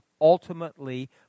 ultimately